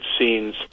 scenes